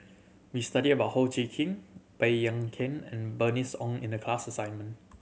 we studied about Ho Chee Kong Baey Yam Keng and Bernice Ong in the class assignment